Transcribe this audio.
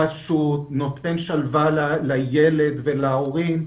פשוט, ונותן שלווה לילד ולהורים,